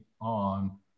on